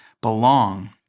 Belong